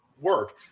work